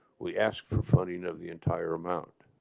we asked for funding of the entire amount.